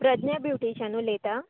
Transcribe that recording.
Pradnya beautician उलयता